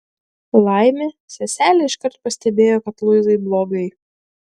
laimė seselė iškart pastebėjo kad luizai blogai